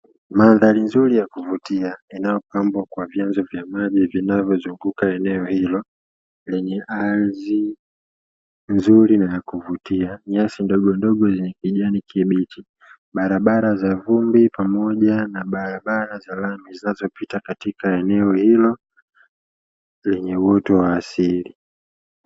Maadhari nzuri ya kuvutia inayo pambwa kwa vyanzo vya maji, vinavyo zunguka eneo hilo lenye ardhi nzuri na ya kuvutia; nyasi ndogondogo zenye kijani kibichi, barabara za vumbi pamoja na barabara za rami zinazopita katika eneo hilo lenye uoto wa asili.